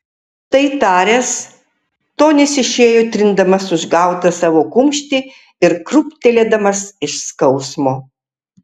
tai taręs tonis išėjo trindamas užgautą savo kumštį ir krūptelėdamas iš skausmo